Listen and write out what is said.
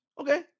Okay